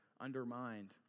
undermined